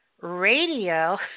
radio